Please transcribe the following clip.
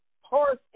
horse